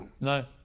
No